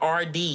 RD